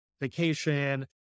vacation